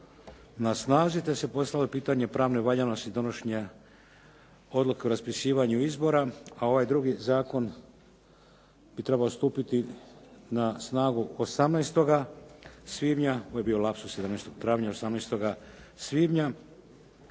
na snazi, te se postavlja pitanje pravne valjanosti donošenja odluka o raspisivanju izbora. A ovaj drugi zakon bi trebao stupiti na snagu 18. svibanja, ovo je bio lapsus 17. travnja, 18. svibnja.